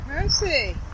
Mercy